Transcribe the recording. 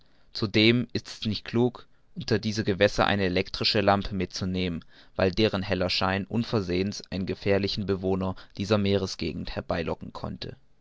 zudem ist's nicht klug unter diese gewässer eine elektrische lampe mitzunehmen weil deren heller schein unversehens einen gefährlichen bewohner dieser meeresgegend herbeilocken könnte